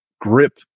grip